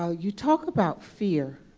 ah you talk about fear,